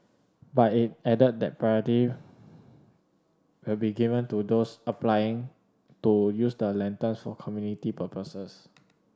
but it added that priority will be given to those applying to use the lanterns for community purposes